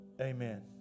Amen